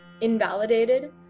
invalidated